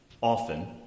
often